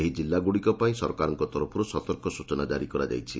ଏହି ଜିଲ୍ଲଗୁଡ଼ିକ ପାଇଁ ସରକାରଙ୍କ ତରଫରୁ ସତର୍କ ସୂଚନା ଜାରି କରାଯାଇଛି